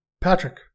patrick